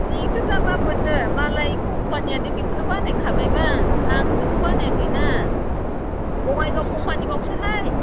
बेखो जा मा मोननो मालाय कम्पानियानो बेखौनो बानायखाबायबा आंबोथ' बानायाखैना बङाइगाव कम्पानिबावसोहाय